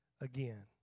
again